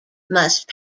must